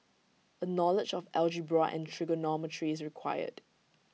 A knowledge of algebra and trigonometry is required